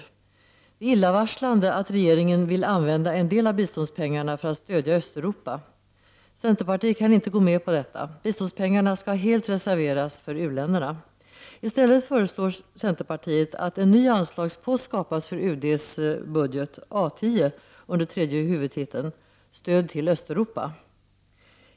Det är illavarslande att regeringen vill använda en del av biståndspengarna för att stödja Östeuropa. Centerpartiet kan inte gå med på detta. Biståndspengarna skall helt reserveras för u-länderna. I stället föreslår centerpartiet att en ny anslagspost skapas i UD:s budget, A 10, under tredje huvudtiteln, Stöd till Östeuropa.